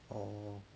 oh